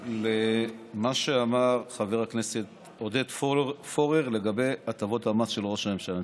למה שאמר חבר הכנסת עודד פורר לגבי הטבות המס של ראש הממשלה.